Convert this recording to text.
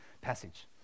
passage